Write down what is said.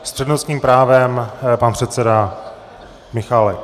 S přednostním právem pan předseda Michálek.